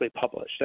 published